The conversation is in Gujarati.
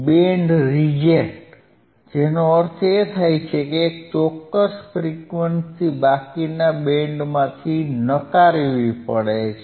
બેન્ડ રિજેક્ટ જેનો અર્થ છે કે એક ચોક્કસ ફ્રીક્વન્સી બાકીના બેન્ડમાંથી નકારવી પડે છે